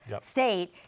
state